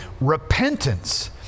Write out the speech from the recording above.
repentance